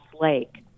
Lake